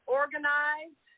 organize